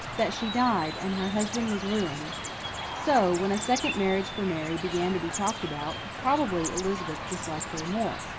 that she died and her husband was ruined so, when a second marriage for mary began to be talked about, probably elizabeth disliked her more.